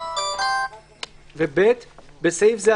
(ב)בסעיף זה,